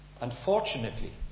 Unfortunately